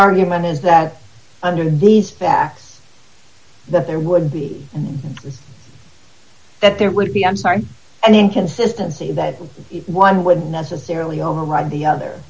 argument is that under these facts that there would be that there would be i'm sorry an inconsistency that one would necessarily override the other